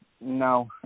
no